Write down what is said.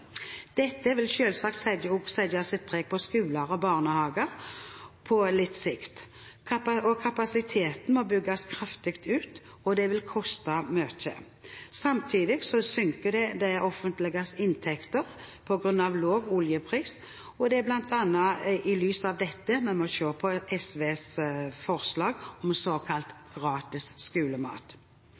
Dette vil selvsagt også sette sitt preg på skoler og barnehager på litt sikt. Kapasiteten må bygges kraftig ut, og det vil koste mye. Samtidig synker det offentliges inntekter på grunn av lav oljepris. Det er bl.a. i lys av dette vi må se på SVs forslag om såkalt gratis skolemat.